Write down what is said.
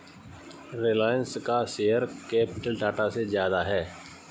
रिलायंस का share capital Tata से ज्यादा है